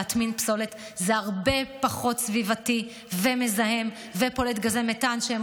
להטמין פסולת זה הרבה פחות סביבתי ומזהם ופולט גזי מתאן שהם